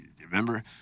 Remember